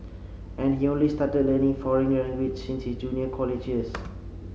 and he only started learning foreign languages since his junior college years